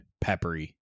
peppery